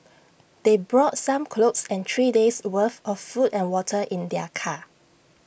they brought some clothes and three days worth of food and water in their car